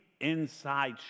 Inside